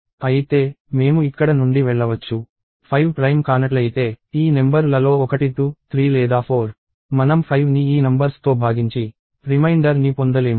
అయితే మేము ఇక్కడ నుండి వెళ్ళవచ్చు 5 ప్రైమ్ కానట్లయితే ఈ నెంబర్ లలో ఒకటి 2 3 లేదా 4 మనం 5ని ఈ నంబర్స్ తో భాగించి రిమైండర్ ని పొందలేము